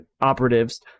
operatives